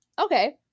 Okay